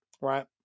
right